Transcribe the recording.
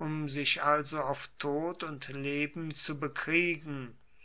um sich also auf tod und leben zu bekriegen